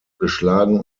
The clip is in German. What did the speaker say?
geschlagen